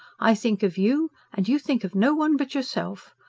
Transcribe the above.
i think of you, and you think of no one but yourself.